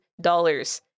dollars